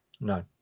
No